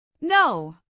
No